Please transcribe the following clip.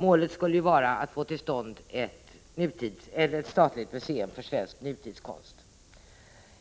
Målet skulle vara att få till stånd ett statligt museum för svensk nutidskonst.